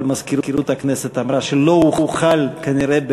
אבל מזכירות הכנסת אמרה שלא אוכל כנראה,